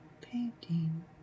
painting